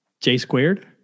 J-squared